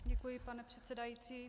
Děkuji, pane předsedající.